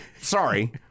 sorry